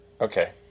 Okay